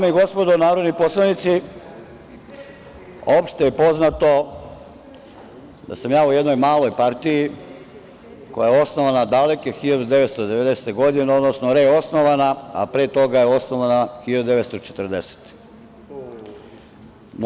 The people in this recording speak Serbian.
Dame i gospodo narodni poslanici, opšte je poznato da sam ja u jednoj maloj partiji koja je osnovana daleke 1990. godine, odnosno reosnovana, a pre toga je osnovana 1940. godine.